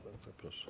Bardzo proszę.